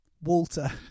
Walter